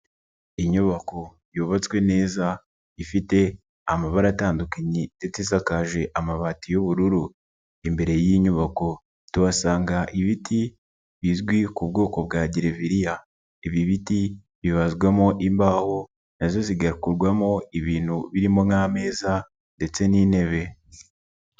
Inyubako yubatswe neza, ifite amabara atandukanye ndetse isakaje amabati y'ubururu, imbere y'inyubako tubasanga ibiti bizwi ku bwoko bwa gereviriya, ibi biti bibazwamo imbaho na zo zigakurwamo ibintu birimo nk'ameza ndetse n'intebe.